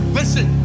listen